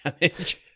damage